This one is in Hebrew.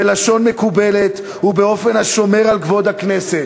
בלשון מקובלת ובאופן השומר על כבוד הכנסת,